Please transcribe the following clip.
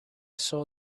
saw